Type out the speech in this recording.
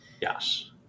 Yes